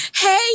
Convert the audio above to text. hey